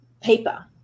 paper